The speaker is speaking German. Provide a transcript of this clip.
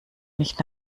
nicht